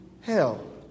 hell